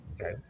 okay